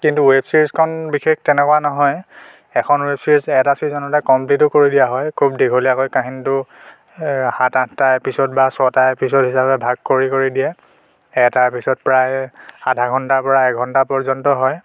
কিন্তু ৱেব ছিৰিজখন বিশেষ তেনেকোৱা নহয় এখন ৱেব ছিৰিজ এটা ছিজনতে কমপ্লিতো কৰি দিয়া হয় খুব দীঘলীয়া কৰি কাহিনীটো সাত আঠটা এপিছ'দ বা ছয়টা এপিছ'দ হিচাপে ভাগ কৰি কৰি দিয়ে এটা এপিছ'দ প্ৰায় আধা ঘণ্টাৰ পৰা এক ঘণ্টা পৰ্যন্ত হয়